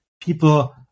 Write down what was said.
people